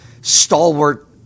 stalwart